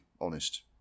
honest